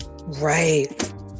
right